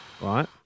Right